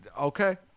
Okay